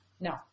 No